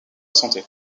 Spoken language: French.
santé